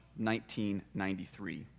1993